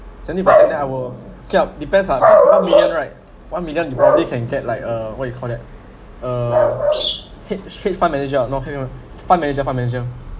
seventy percent then I will okay it depends ah six point one million right one million you already can get like uh what you call that uh hedge street fund manager not hed~ fund manager fund manager